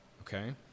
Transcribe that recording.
okay